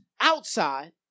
outside